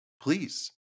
please